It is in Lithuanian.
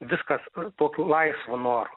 viskas tokiu laisvu noru